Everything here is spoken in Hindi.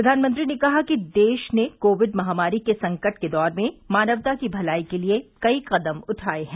प्रधानमंत्री ने कहा कि देश ने कोविड महामारी के संकट के दौर में मानवता की भलाई के लिये कई कदम उठाये हैं